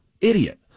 idiot